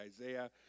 Isaiah